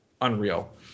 Unreal